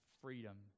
freedom